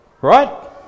Right